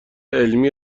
علمی